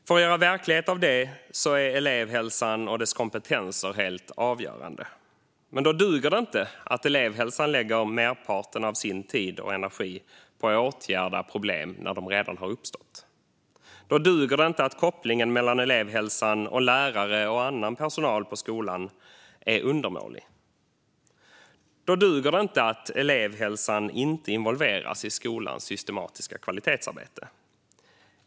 För att göra verklighet av detta är elevhälsan och dess kompetenser helt avgörande. Då duger det inte att elevhälsan lägger merparten av sin tid och energi på att åtgärda problem när de redan har uppstått. Då duger det inte att kopplingen mellan elevhälsan och lärare och annan personal på skolan är undermålig. Då duger det inte att elevhälsan inte involveras i skolans systematiska kvalitetsarbete.